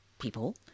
people